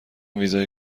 ویزای